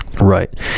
Right